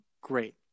great